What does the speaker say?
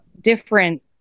different